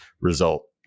result